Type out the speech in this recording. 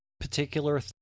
particular